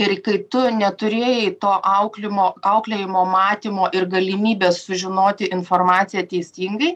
ir kai tu neturėjai to auklimo auklėjimo matymo ir galimybės sužinoti informaciją teisingai